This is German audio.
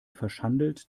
verschandelt